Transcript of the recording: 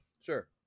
Sure